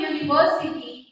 University